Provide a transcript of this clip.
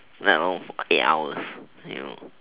let alone eight hours you know